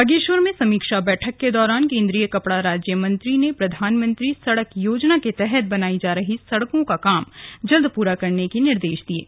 बागेश्वर में समीक्षा बैठक के दौरान केंद्रीय कपड़ा राज्य मंत्री ने प्रधानमंत्री सड़क योजना के तहत बनायी जा रही सड़कों का काम जल्द पूरा करने के निर्देश दिये हैं